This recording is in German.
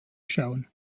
schauen